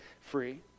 free